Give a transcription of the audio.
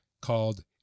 called